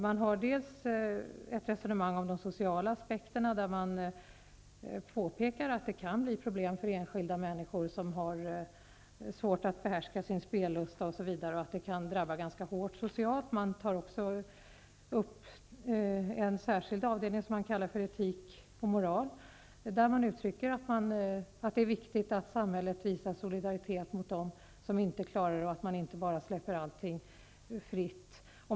Man har ett resonemang om de sociala aspekterna, där man påpekar att det kan bli problem för enskilda människor som har svårt att behärska sin spellusta och att det kan drabba ganska hårt socialt. Man har också en särskild avdelning som man kallar Etik och moral, där man uttrycker att det är viktigt att samhället visar solidaritet med dem som inte klarar av detta och att man inte bara kan släppa allting fritt.